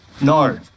No